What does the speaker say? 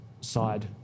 side